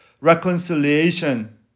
reconciliation